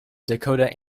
dakota